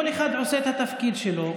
כל אחד עושה את התפקיד שלו,